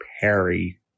Perry